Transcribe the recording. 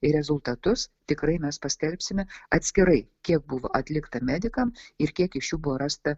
ir rezultatus tikrai mes paskelbsime atskirai kiek buvo atlikta medikam ir kiek iš jų buvo rasta